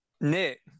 Nick